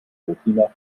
burkina